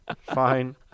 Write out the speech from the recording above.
Fine